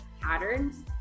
patterns